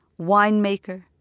winemaker